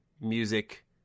music